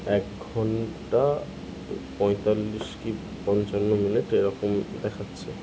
এক ঘন্টা পঁয়তাল্লিশ কি পঞ্চান্ন মিনিট এরকম দেখাচ্ছে